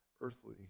earthly